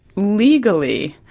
legally,